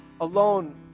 alone